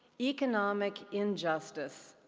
economic injustice,